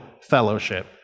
fellowship